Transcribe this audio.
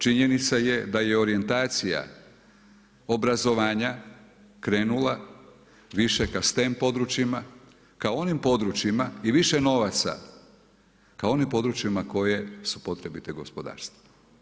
Činjenica je da je orijentacija obrazovanja krenula više ka STEM područjima kao onim područjima i više novaca ka onim područjima koje su potrebite gospodarstvu.